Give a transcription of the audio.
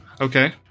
okay